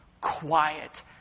quiet